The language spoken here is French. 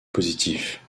positif